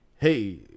hey